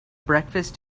breakfast